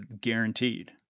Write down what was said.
guaranteed